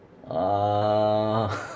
ah